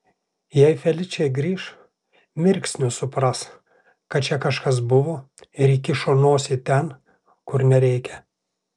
jei feličė grįš mirksniu supras kad čia kažkas buvo ir įkišo nosį ten kur nereikia